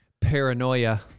paranoia